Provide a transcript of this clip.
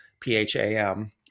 P-H-A-M